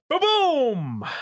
boom